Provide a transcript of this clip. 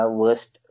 worst